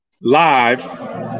live